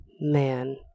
man